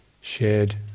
shared